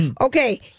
Okay